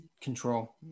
control